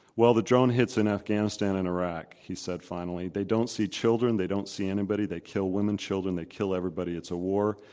well, the drone hits in afghanistan and iraq, he said finally, they don't see children. they don't see anybody. they kill women, children. they kill everybody. it's a war.